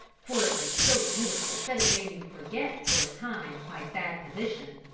for it was so beautiful that it made me forget for a time my sad position,